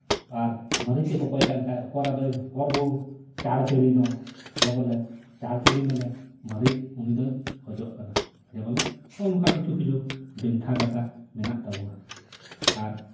ᱟᱨ ᱢᱟᱹᱨᱤᱪᱮ ᱠᱚᱠᱚᱭ ᱠᱟᱱ ᱠᱷᱟᱱ ᱚᱠᱚᱨᱟᱫᱚᱭ ᱚᱠᱚᱨ ᱦᱳ ᱪᱟᱲᱼᱪᱟᱹᱲᱤ ᱫᱚ ᱡᱮᱵᱚᱞᱮ ᱪᱟᱲᱼᱪᱹᱟᱲᱤ ᱢᱟᱱᱮ ᱢᱟᱹᱨᱤᱪ ᱩᱱᱤᱫᱚᱭ ᱠᱷᱚᱡᱚᱜ ᱠᱟᱱᱟ ᱡᱮᱵᱚᱞᱮ ᱱᱚᱜᱼᱚᱝᱠᱟ ᱠᱤᱪᱷᱩ ᱠᱤᱪᱷᱩ ᱵᱷᱮᱱᱛᱟ ᱠᱟᱛᱷᱟ ᱢᱮᱱᱟᱜ ᱛᱟᱵᱚᱱᱟ ᱟᱨ